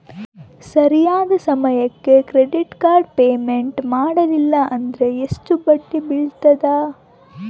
ಸರಿಯಾದ ಸಮಯಕ್ಕೆ credit card payment ಮಾಡಲಿಲ್ಲ ಅಂದ್ರೆ ಎಷ್ಟು ಬಡ್ಡಿ ಬೇಳ್ತದ?